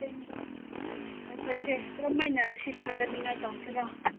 ꯑꯩꯈꯣꯏꯁꯦ ꯀꯔꯝ ꯍꯥꯏꯅ ꯁꯤ ꯐꯒꯠꯅꯤꯡꯉꯥꯏ ꯇꯧꯁꯤꯔꯥ